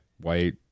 white